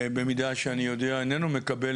במידה שאני יודע שהוא איננו מקבל,